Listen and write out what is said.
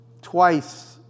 twice